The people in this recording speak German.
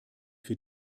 für